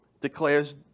declares